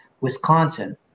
Wisconsin